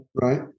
right